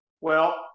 Well-